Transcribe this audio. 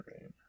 right